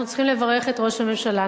אנחנו צריכים לברך את ראש הממשלה,